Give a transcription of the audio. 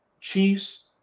Chiefs